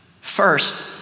First